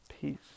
Peace